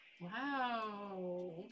Wow